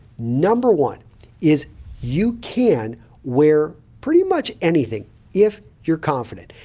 number one is you can wear pretty much anything if you're confident.